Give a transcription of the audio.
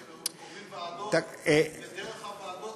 שקובעים ועדות ודרך הוועדות